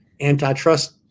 antitrust